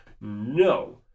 No